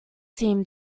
seem